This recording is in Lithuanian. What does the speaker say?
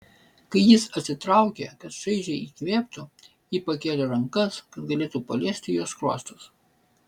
kai jis atsitraukė kad šaižiai įkvėptų ji pakėlė rankas kad galėtų paliesti jo skruostus